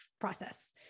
process